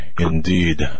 indeed